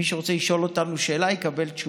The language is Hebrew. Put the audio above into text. מי שרוצה לשאול אותנו שאלה יקבל תשובה.